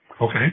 Okay